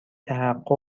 تحقق